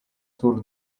tour